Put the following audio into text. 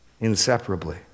Inseparably